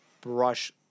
brush